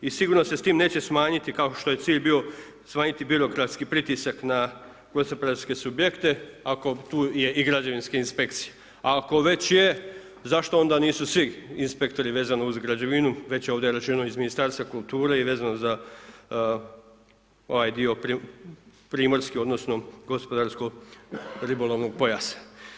I sigurno se s tim neće smanjiti kao što je cilj bio smanjiti birokratski pritisak, na … subjekte ako tu je i građevinska inspekcija, a ako već je zašto onda nisu svi inspektori vezano uz građevinu već je ovdje rečeno iz Ministarstva kulture i vezano za ovaj dio primorske, odnosno, gospodarskog ribolovnog pojasa.